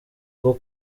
bwo